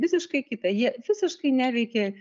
visiškai kita jie visiškai neveikia